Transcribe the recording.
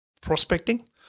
prospecting